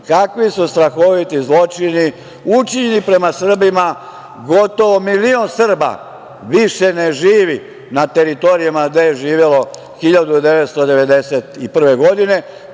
kakvi su strahoviti zločini učinjeni prema Srbima. Gotovo milion Srba više ne živi na teritorijama gde je živelo 1991. godine,